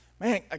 man